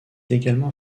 également